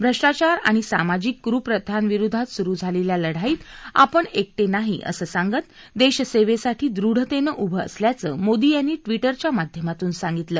भ्रष्टाचार आणि सामाजिक कुप्रथांविरोधात सुरु केलेल्या लढाईत आपण एकटे नाही असं सांगत देशसेवेसाठी दृढतेनं उभं असल्याचं मोदी यांनी ट्विटरच्या माध्यमातून सांगितलं